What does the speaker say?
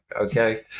okay